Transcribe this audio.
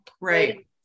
Right